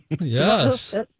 Yes